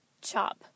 chop